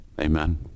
Amen